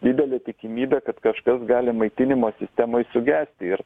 didelė tikimybė kad kažkas gali maitinimo sistemoj sugesti ir